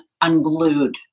unglued